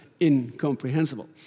incomprehensible